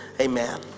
Amen